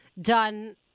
done